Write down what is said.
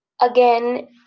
again